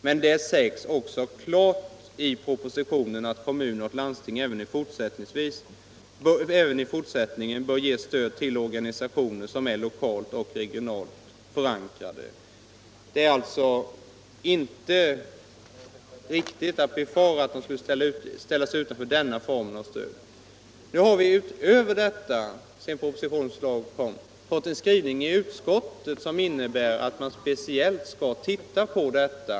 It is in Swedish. Men det sägs också klart i propositionen att kommuner och landsting även i fortsättningen bör ge stöd till organisationer som är lokalt och regionalt förankrade.” Farhågorna för att de skall ställas utanför denna form av stöd är alltså skrivning i utskottet som innebär att man speciellt skall titta på detta.